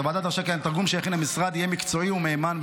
הוועדה דרשה כי התרגום שיכין המשרד יהיה מקצועי ומהימן,